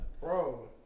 Bro